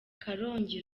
karongi